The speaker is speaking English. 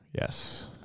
Yes